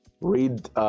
Read